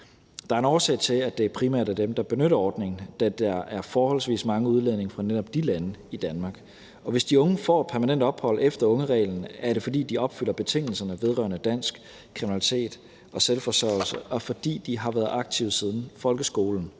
Der er en årsag til, at det primært er dem, der benytter ordningen, da der er forholdsvis mange udlændinge fra netop de lande i Danmark. Hvis de unge får permanent ophold efter ungereglen, er det, fordi de opfylder betingelserne vedrørende dansk, kriminalitet og selvforsørgelse, og fordi de har været aktive siden folkeskolen.